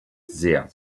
sehr